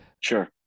Sure